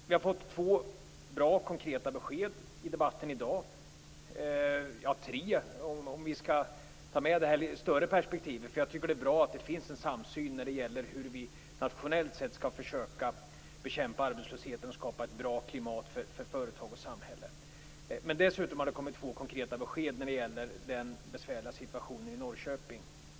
Vi har fått två bra konkreta besked i debatten i dag, t.o.m. tre om vi skall ta med det större perspektivet. Jag tycker att det är bra om det finns en samsyn när det gäller hur vi nationellt skall försöka bekämpa arbetslösheten och skapa ett bra klimat för företag och samhälle. Dessutom har det kommit två konkreta besked när det gäller den besvärliga situationen i Norrköping.